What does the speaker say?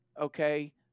okay